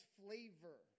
flavor